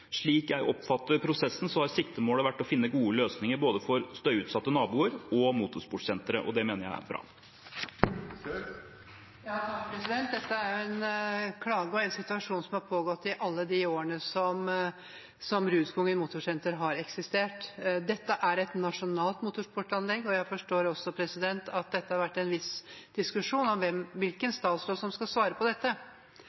Slik jeg oppfatter prosessen, har siktemålet vært å finne gode løsninger både for støyutsatte naboer og for motorsenteret. Det mener jeg er bra. Dette er en klage og en situasjon som har pågått i alle de årene Rudskogen motorsenter har eksistert. Dette er et nasjonalt motorsportanlegg, og jeg forstår også at det har vært en viss diskusjon om hvilken